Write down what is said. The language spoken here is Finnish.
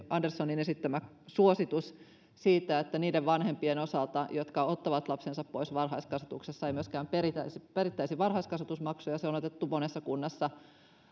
anderssonin esittämä suositus siitä että niiden vanhempien osalta jotka ottavat lapsensa pois varhaiskasvatuksesta ei myöskään perittäisi varhaiskasvatusmaksuja on on otettu monessa kunnassa